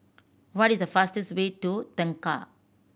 what is the fastest way to Tengah